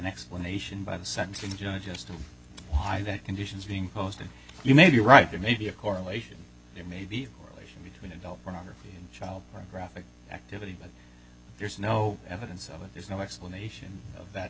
explanation by the sentencing judge as to why the conditions being posted you may be right there may be a correlation there may be relation between adult pornography and child graphic activity but there's no evidence of it there's no explanation of that